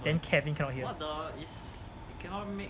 then kevin cannot hear